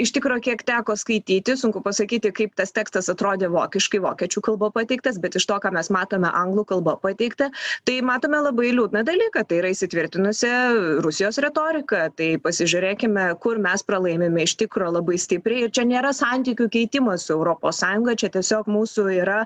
iš tikro kiek teko skaityti sunku pasakyti kaip tas tekstas atrodė vokiškai vokiečių kalba pateiktas bet iš to ką mes matome anglų kalba pateikta tai matome labai liūdną dalyką tai yra įsitvirtinusią rusijos retoriką tai pasižiūrėkime kur mes pralaimime iš tikro labai stipriai ir čia nėra santykių keitimas su europos sąjunga čia tiesiog mūsų yra